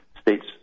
states